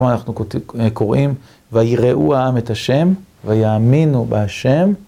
כלומר אנחנו קוראים, ויראו העם את השם, ויאמינו בהשם.